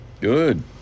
Good